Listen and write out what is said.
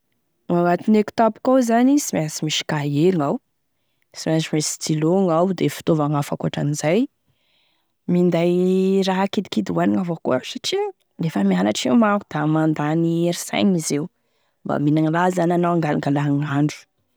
Agnatiny e kitapoko io zany da sy mainsy misy cahier, da tsy maintsy stylo gnao da e fitaovagny hafa ankoatran'izay, minday raha kidikidy hoanigny avao koa satria lafa mianatry io manko da mandany herin-saigny izy io, mba mihinagny raha zany anao hangalagala gn'andro.